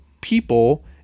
people